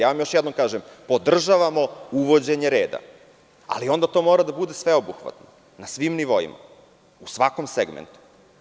Još jednom vam kažem, podržavamo uvođenje reda, ali onda to mora da bude sveobuhvatno, na svim nivoima, u svakom segmentu.